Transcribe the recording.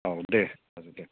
औ दे बाजै दे